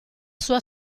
sua